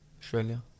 Australia